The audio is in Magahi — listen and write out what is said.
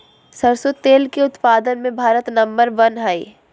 सरसों तेल के उत्पाद मे भारत नंबर वन हइ